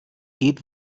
geht